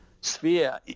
sphere